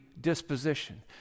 disposition